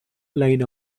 line